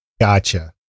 Gotcha